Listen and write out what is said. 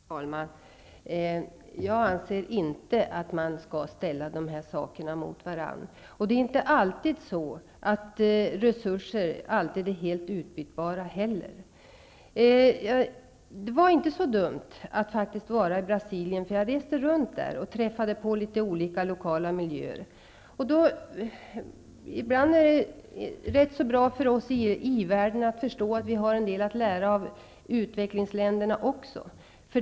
Herr talman! Jag anser inte att man skall ställa dessa saker mot varandra. Resurser är inte heller alltid helt utbytbara. Det var faktiskt inte så dumt att vara i Brasilien. Jag reste runt där och träffade på litet olika lokala miljöer. Ibland är det rätt så bra för oss i i-världen att förstå att vi har en del att lära också av utvecklingsländerna.